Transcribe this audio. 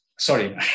Sorry